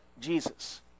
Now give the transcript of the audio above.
Jesus